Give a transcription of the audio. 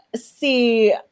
see